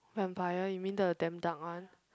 vampire you mean the damn dark one